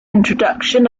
introduction